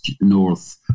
north